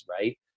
right